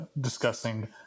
discussing